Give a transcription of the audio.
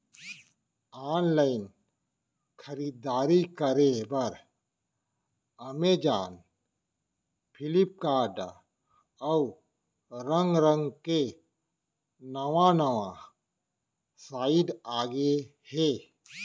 online खरीददारी करे बर अमेजॉन, फ्लिपकार्ट, अउ रंग रंग के नवा नवा साइट आगे हे